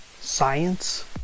science